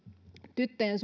tyttöjen